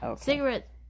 Cigarettes